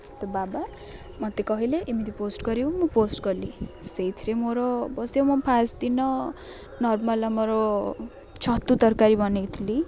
ବାବା ମୋତେ କହିଲେ ଏମିତି ପୋଷ୍ଟ୍ କରିବୁ ମୁଁ ପୋଷ୍ଟ୍ କଲି ସେଇଥିରେ ମୋର ଅବଶ୍ୟ ମୁଁ ଫାଷ୍ଟ୍ ଦିନ ନର୍ମାଲ୍ ଆମର ଛତୁ ତରକାରୀ ବନାଇଥିଲି